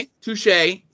Touche